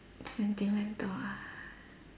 sentimental ah